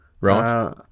Right